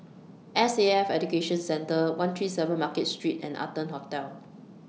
S A F Education Centre one three seven Market Street and Arton Hotel